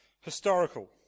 historical